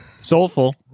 soulful